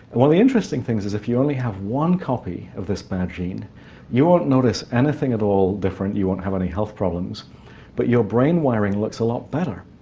one of the interesting things is if you only have one copy of this bad gene you won't notice anything at all different, you won't have any health problems but your brain wiring looks a lot better.